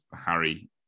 Harry